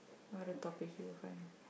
what other topics you will find